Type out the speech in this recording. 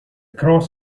cross